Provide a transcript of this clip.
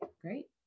Great